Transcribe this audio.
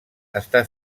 està